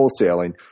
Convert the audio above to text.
wholesaling